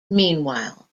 meanwhile